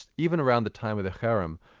even around the time of the cherem.